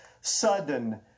sudden